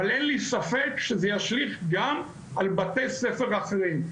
אבל אין לי ספק שזה ישליך גם על בתי ספר אחרים.